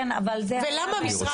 אוקי ולמה משרד המשפטים,